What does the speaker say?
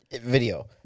video